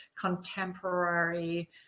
contemporary